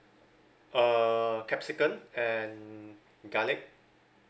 uh capsicum and garlic